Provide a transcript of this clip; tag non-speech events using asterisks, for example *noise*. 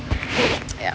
*noise* ya